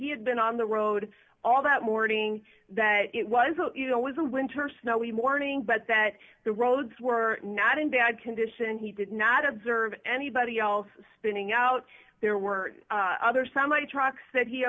he had been on the road all that morning that it was always a winter snow we morning but that the roads were not in bad condition he did not observe anybody else spinning out there were other somebody trucks that he